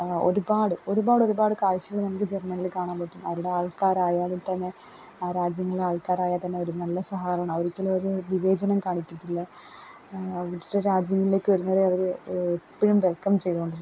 ഒരുപാട് ഒരുപാടൊരുപാട് കാഴ്ചകള് നമുക്ക് ജെർമ്മെനിയില് കാണാന് പറ്റും അവരുടെ ആൾക്കാരായാലും തന്നെ ആ രാജ്യങ്ങളാൾക്കാരായാത്തന്നെ അവര് നല്ല സഹകരണമാണ് ഒരിക്കലും അവര് വിവേചനം കാണിക്കത്തില്ല വിവിധ രാജ്യങ്ങളിലേക്ക് വരുന്നവരെ അവര് എപ്പഴും വെൽക്കം ചെയ്തുകൊണ്ടിരിക്കും